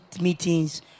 meetings